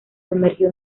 sumergió